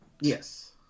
Yes